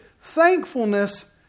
thankfulness